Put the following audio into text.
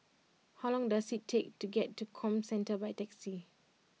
how long does it take to get to Comcentre by taxi